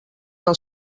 del